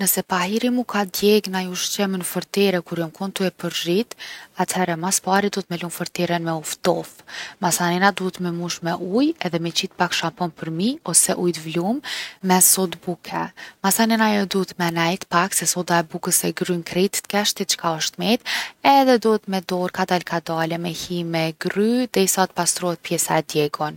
Nëse pahiri mu ka djeg naj ushqim n’fortere kur jom kon tu e përzhit, atëehere mas pari duhet me e lon forteren me u ftof. Masanena duhet me mush me uj edhe mi qit pak shampon përmi me uj t’vlum me sodë buke. Masanej ajo duhet me nejt pak se soda e bukës e grryn krejt t’keqtit çka osht met edhe duhet me hi me dorë kadal kadale me e grry dej sa t’pastrohet pjesa e djegun.